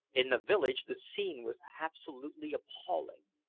in the village the scene was absolutely appalling.